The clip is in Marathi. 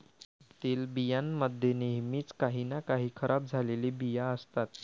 तेलबियां मध्ये नेहमीच काही ना काही खराब झालेले बिया असतात